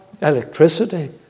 electricity